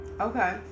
Okay